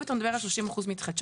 אם אתה מדבר על 30% מתחדשות,